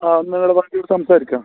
ആ നാളെ സംസാരിക്കാം